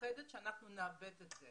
מפחדת מאוד שאנחנו נאבד את זה